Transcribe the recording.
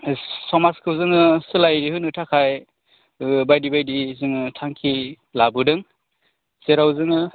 समाजखौ जोङो सोलायहोनो थाखाय बायदि बायदि जोङो थांखि लाबोदों जेराव जोङो